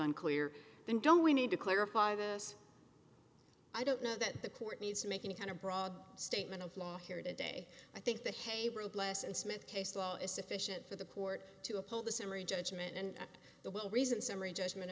unclear then don't we need to clarify this i don't know that the court needs to make any kind of broad statement of law here today i think the khaybar of last and smith case law is sufficient for the court to uphold the summary judgment and the well reasoned summary judgment